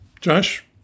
Josh